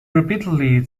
repeatedly